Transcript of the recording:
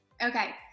Okay